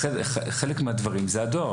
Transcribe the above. חלק מהדברים זה הדואר.